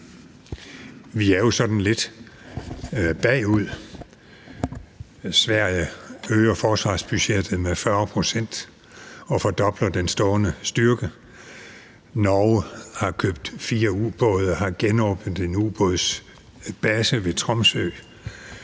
Vi er jo sådan lidt bagud: Sverige øger forsvarsbudgettet med 40 pct. og fordobler den stående styrke, Norge har købt fire ubåde og har genåbnet en ubådsbase ved Tromsø,